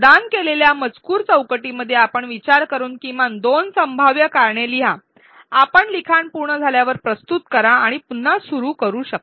प्रदान केलेल्या मजकूर चौकटीमध्ये आपण विचार करून किमान दोन संभाव्य कारणे लिहा आपण लिखाण पूर्ण झाल्यावर प्रस्तुत करा आणि पुन्हा सुरू करू शकता